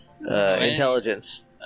Intelligence